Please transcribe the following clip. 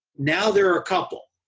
now there are a couple.